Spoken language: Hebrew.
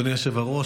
אדוני היושב-ראש,